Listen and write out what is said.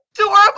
adorable